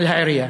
על העירייה,